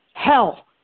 hell